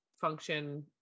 function